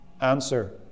answer